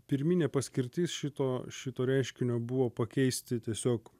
pirminė paskirtis šito šito reiškinio buvo pakeisti tiesiog